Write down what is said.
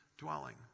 dwelling